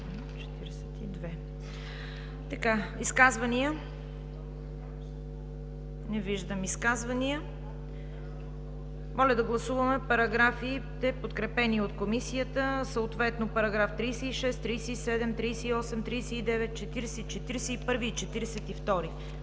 Изказвания? Не виждам изказвания. Моля да гласуваме параграфите, подкрепени от Комисията, съответно параграфи 36, 37, 38, 39, 40, 41 и 42.